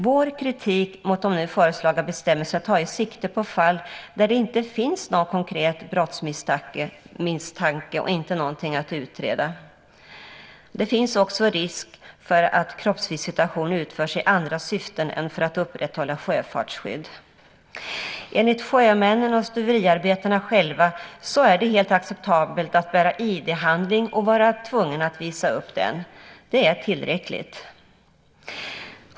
Vår kritik mot de nu föreslagna bestämmelserna tar sikte på fall där det inte finns någon konkret brottsmisstanke och inte något att utreda. Det finns risk för att kroppsvisitation utförs i andra syften än att upprätthålla sjöfartsskydd. Enligt sjömännen och stuveriarbetarna själva är det helt acceptabelt att bära ID-handling och vara tvungen att visa upp den. Det är tillräckligt.